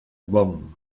boom